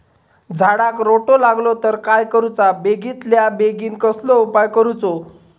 झाडाक रोटो लागलो तर काय करुचा बेगितल्या बेगीन कसलो उपाय करूचो?